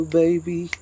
baby